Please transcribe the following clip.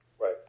Right